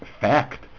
fact